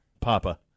Papa